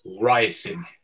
Rising